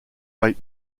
white